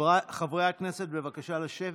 חברי הכנסת, בבקשה לשבת.